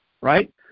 right